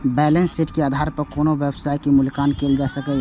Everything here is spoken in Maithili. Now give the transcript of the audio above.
बैलेंस शीट के आधार पर कोनो व्यवसायक मूल्यांकन कैल जा सकैए